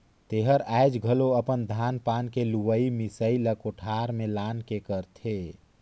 तेहर आयाज घलो अपन धान पान के लुवई मिसई ला कोठार में लान के करथे